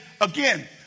again